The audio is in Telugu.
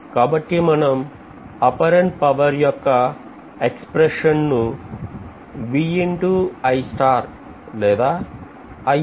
కాబట్టి మనం apparent పవర్ యొక్క ఎక్స్ప్రెషన్ లేదా అని రాయాలి